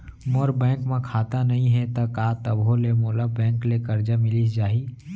मोर bank म खाता नई हे त का तभो ले मोला बैंक ले करजा मिलिस जाही?